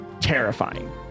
terrifying